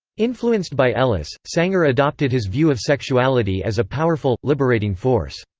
influenced by ellis, sanger adopted his view of sexuality as a powerful, liberating force.